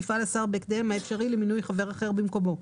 יפעל השר בהקדם האפשרי למינוי חבר אחר במקומו,